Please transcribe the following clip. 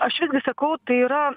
aš visgi sakau tai yra